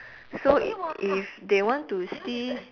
so if they want to see